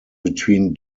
between